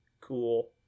Cool